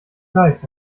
leicht